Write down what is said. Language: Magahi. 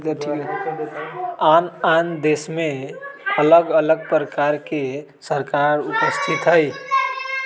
आन आन देशमें अलग अलग प्रकार के सरकार उपस्थित हइ